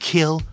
Kill